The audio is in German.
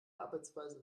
arbeitsweise